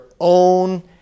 own